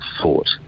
thought